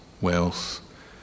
wealth